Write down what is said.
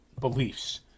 beliefs